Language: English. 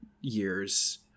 years